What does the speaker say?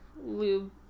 lube